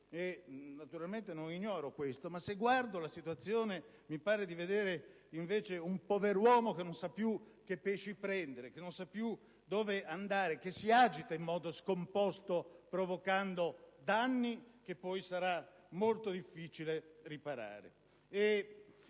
naturalmente non ignoro questo; ma se osservo la situazione, mi pare di vedere invece un poveruomo che non sa più che pesci prendere, che non sa più dove andare, che si agita in modo scomposto, provocando danni che poi sarà molto difficile riparare.